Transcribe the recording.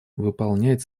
выполнять